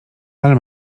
ale